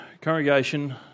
congregation